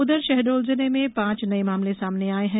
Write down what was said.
उधर शहडोल जिले में पांच नये मामले सामने आये हैं